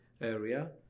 area